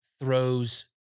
throws